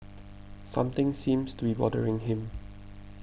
something seems to be bothering him